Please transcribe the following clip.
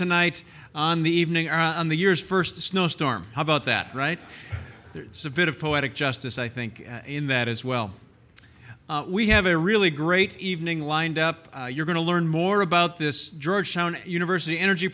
tonight on the evening on the year's first snowstorm how about that right there it's a bit of poetic justice i think in that as well we have a really great evening lined up you're going to learn more about this georgetown university energy